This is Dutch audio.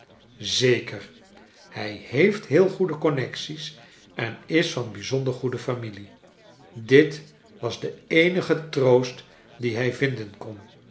zeker hij heeft heel goede connexies en is van bijzonder goede familie dit was de eenige troost dien hij vinden kon